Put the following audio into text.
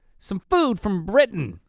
some food from britain.